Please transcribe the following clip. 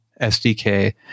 SDK